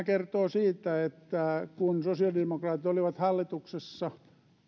kertoo siitä että kun sosiaalidemokraatit olivat hallituksessa